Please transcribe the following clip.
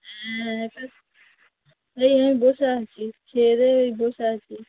হ্যাঁ এবার এই আমি বসে আছি খেয়ে দেয়ে ওই বসে আছি